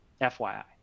FYI